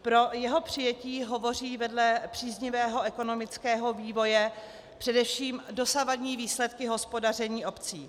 Pro jeho přijetí hovoří vedle příznivého ekonomického vývoje především dosavadní výsledky hospodaření obcí.